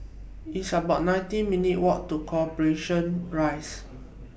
It's about nineteen minutes' Walk to Corporation Rise